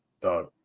Dog